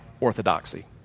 orthodoxy